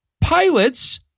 pilots